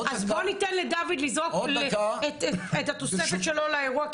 אז בוא ניתן לדוד את התוספת שלו לאירוע.